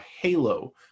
halo